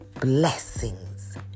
blessings